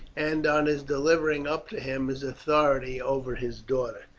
and on his delivering up to him his authority over his daughter.